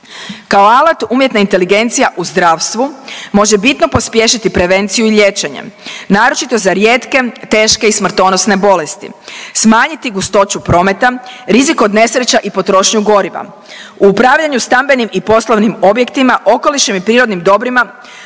Kao alat umjetna inteligencija u zdravstvu može bitno pospješiti prevenciju i liječenje naročito za rijetke, teške i smrtonosne bolesti, smanjiti gustoću prometa, rizik od nesreća i potrošnju goriva, u upravljanju stambenim i poslovnim objektima, okolišem i prirodnim dobrima,